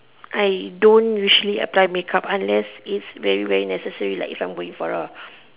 I don't usually apply make up unless is very very necessary like if I am going for a